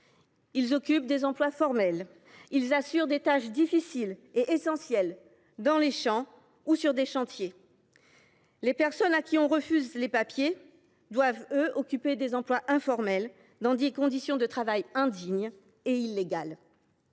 Ils occupent des emplois formels. Ils assument des tâches difficiles et essentielles, dans les champs ou sur des chantiers. Ceux à qui l’on refuse des papiers doivent occuper des emplois informels, dans des conditions de travail indignes et illégales.